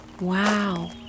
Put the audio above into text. Wow